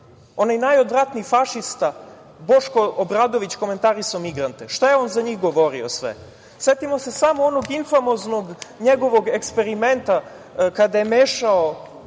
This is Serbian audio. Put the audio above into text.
onaj najodvratniji fašista Boško Obradović komentarisao migrante, šta je on za njih govorio sve. Setimo se samo onog njegovog famoznog eksperimenta kada je mešao